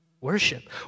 worship